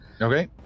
Okay